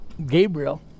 Gabriel